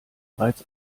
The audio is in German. reiz